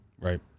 Right